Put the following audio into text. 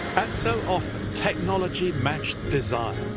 as so often technology matched desire,